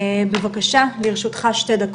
בבקשה, לרשותך שתי דקות.